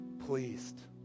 pleased